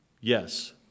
Yes